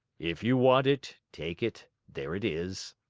if you want it, take it. there it is.